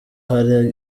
hari